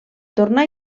tornar